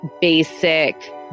basic